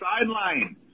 sideline